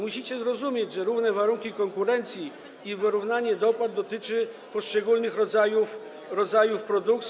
Musicie zrozumieć, że równe warunki konkurencji i wyrównanie dopłat dotyczą poszczególnych rodzajów produkcji.